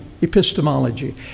epistemology